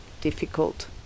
difficult